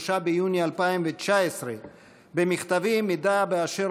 3 ביוני 2019. במכתבים יש מידע באשר